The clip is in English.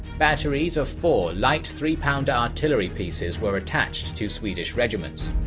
batteries of four light three pounder artillery pieces were attached to swedish regiments.